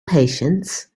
patience